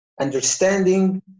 understanding